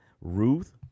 ruth